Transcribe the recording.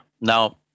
Now